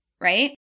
right